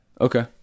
okay